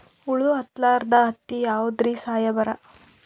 ಹುಳ ಹತ್ತಲಾರ್ದ ಹತ್ತಿ ಯಾವುದ್ರಿ ಸಾಹೇಬರ?